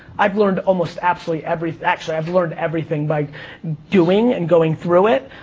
i've learned almost absolutely everything, actually, i've learned everything by doing, and going through it.